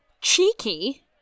Cheeky